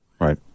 right